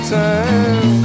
time